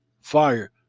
Fire